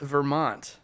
Vermont